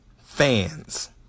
fans